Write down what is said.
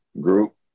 group